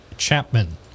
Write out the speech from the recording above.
Chapman